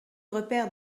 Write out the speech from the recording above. repère